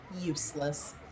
useless